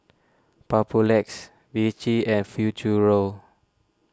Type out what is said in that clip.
Papulex Vichy and Futuro